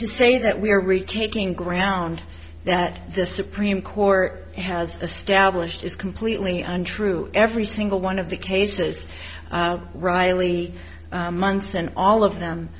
to say that we are retaking ground that this supreme court has established is completely untrue every single one of the cases wryly months and all of them